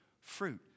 fruit